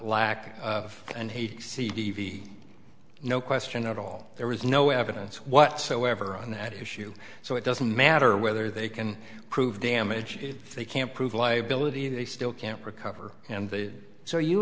lack of and he no question at all there was no evidence whatsoever on that issue so it doesn't matter whether they can prove damages if they can't prove liability they still can't recover and the so you